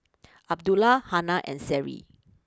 Abdullah Hana and Seri